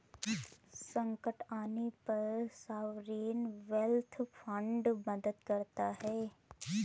संकट आने पर सॉवरेन वेल्थ फंड मदद करता है